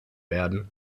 werden